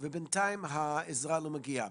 ובינתיים העזרה לא מגיעה.